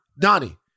Donnie